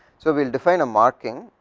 so, will define a marking,